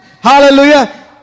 Hallelujah